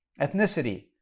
ethnicity